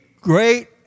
great